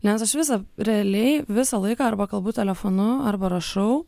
nes aš visa realiai visą laiką arba kalbu telefonu arba rašau